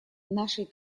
нашей